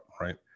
right